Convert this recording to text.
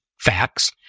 facts